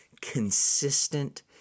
consistent